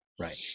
Right